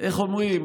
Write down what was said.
איך אומרים,